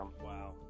Wow